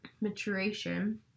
maturation